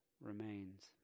remains